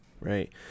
right